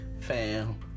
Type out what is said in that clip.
fam